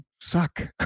suck